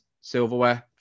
silverware